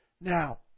Now